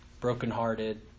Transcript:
brokenhearted